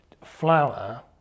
flour